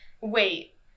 Wait